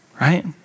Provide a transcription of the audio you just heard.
Right